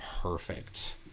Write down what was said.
perfect